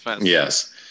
Yes